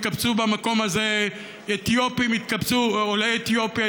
התקבצו במקום הזה עולי אתיופיה,